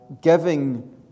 giving